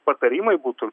patarimai būtų